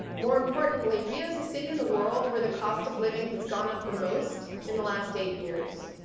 more importantly, rio's a city in the world where the cost of living has gone up the most in the last eight years.